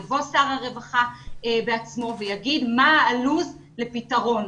יבוא שר הרווחה בעצמו ויגיד מה הלו"ז לפתרון.